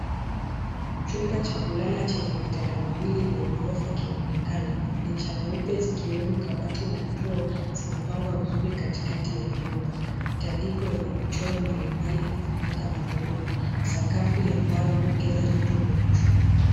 Chumba cha kulala chenye vitanda viwili vya ghorofa kinaonekana. Fanicha nyeupe zikiwemo kabati na draw , zimepangwa vizuri katikati ya vyumba. Matandiko yenye michoro mbalimbali yanafunika magodoro. Sakafu ya mbao inaongeza joto kwenye chumba.